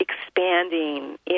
expanding